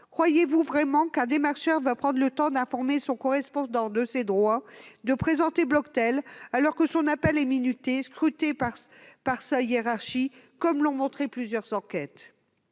croyez-vous vraiment qu'un démarcheur va prendre le temps d'informer son correspondant de ses droits et de présenter Bloctel, alors que son appel est minuté et scruté par sa hiérarchie, comme l'ont montré plusieurs enquêtes ?